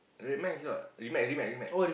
red max you know red max red max red max